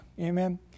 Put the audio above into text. Amen